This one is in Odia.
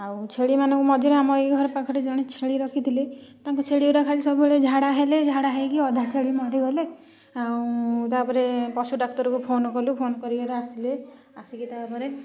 ଆଉ ଛେଳିମାନଙ୍କୁ ମଝିରେ ଆମ ଏଇ ଘର ପାଖରେ ଜଣେ ଛେଳି ରଖିଥିଲେ ତାଙ୍କ ଛେଳିଗୁଡ଼ା ଖାଲି ସବୁବେଳେ ଝାଡ଼ା ହେଲା ଝାଡ଼ା ହେଇକି ଅଧା ଛେଳି ମରିଗଲେ ଆଉ ତାପରେ ପଶୁଡାକ୍ତରକୁ ଫୋନ୍ କଲୁ ଫୋନ୍ କରିକିରା ଆସିଲେ ଆସିକି ତାପରେ